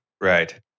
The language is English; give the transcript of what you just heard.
Right